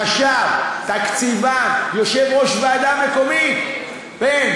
חשב, תקציבן, יושב-ראש ועדה מקומית, אין.